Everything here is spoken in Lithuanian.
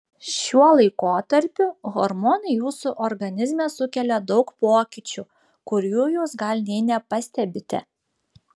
šiuo laikotarpiu hormonai jūsų organizme sukelia daug pokyčių kurių jūs gal nė nepastebite